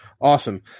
Awesome